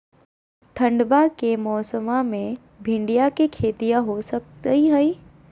ठंडबा के मौसमा मे भिंडया के खेतीया हो सकये है?